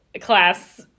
class